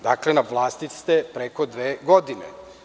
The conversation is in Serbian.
Dakle, na vlasti ste preko dve godine.